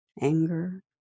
anger